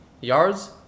yards